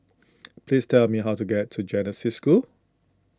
please tell me how to get to Genesis School